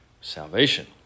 salvation